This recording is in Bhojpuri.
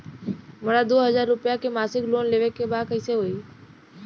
हमरा दो हज़ार रुपया के मासिक लोन लेवे के बा कइसे होई?